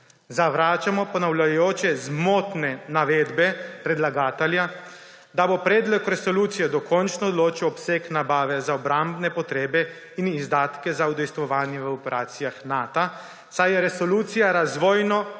Zavračamo ponavljajoče zmotne navedbe predlagatelja, da bo predlog resolucije dokončno določil obseg nabave za obrambne potrebe in izdatke za udejstvovanje v operacijah Nata, saj je resolucija razvojno usmerjevalni